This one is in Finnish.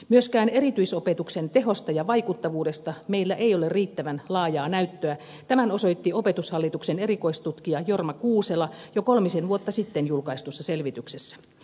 myöskään erityisopetuksen tehosta ja vaikuttavuudesta meillä ei ole riittävän laajaa näyttöä tämän osoitti opetushallituksen erikoistutkija jorma kuusela jo kolmisen vuotta sitten julkaistussa selvityksessä